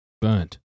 burnt